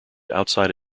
outside